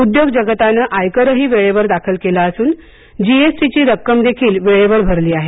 उद्योग जगताने आयकरही वेळेवर दाखल केला असून जी एस टी ची रक्कमदेखील वेळेवर भरली आहे